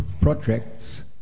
projects